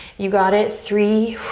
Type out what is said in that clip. you got it, three,